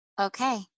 Okay